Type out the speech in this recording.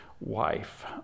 wife